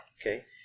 Okay